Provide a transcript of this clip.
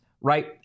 right